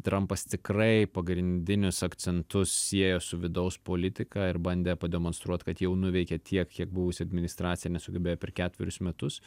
trampas tikrai pagrindinius akcentus siejo su vidaus politika ir bandė pademonstruot kad jau nuveikė tiek kiek buvusi administracija nesugebėjo per ketverius metus